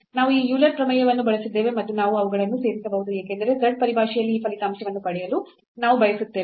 ನಾವು ಈ ಯೂಲರ್ ಪ್ರಮೇಯವನ್ನು ಬಳಸಿದ್ದೇವೆ ಮತ್ತು ನಾವು ಅವುಗಳನ್ನು ಸೇರಿಸಬಹುದು ಏಕೆಂದರೆ z ಪರಿಭಾಷೆಯಲ್ಲಿ ಈ ಫಲಿತಾಂಶವನ್ನು ಪಡೆಯಲು ನಾವು ಬಯಸುತ್ತೇವೆ